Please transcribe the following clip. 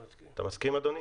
אתה מסכים, אדוני?